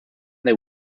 they